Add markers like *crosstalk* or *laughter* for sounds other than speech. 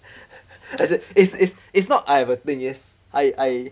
*noise* as in it's it's it's not I have a thing it's I I